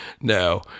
No